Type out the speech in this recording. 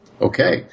Okay